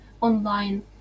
online